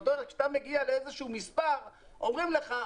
כשאתה מגיע לאיזשהו מספר אומרים לך,